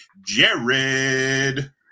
Jared